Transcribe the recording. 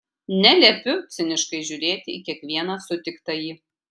neliepiu ciniškai žiūrėti į kiekvieną sutiktąjį